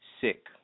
sick